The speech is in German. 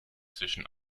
zwischen